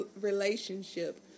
relationship